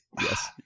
Yes